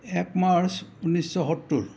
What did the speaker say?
এক মাৰ্চ উনৈছশ সত্তৰ